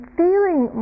feeling